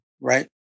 right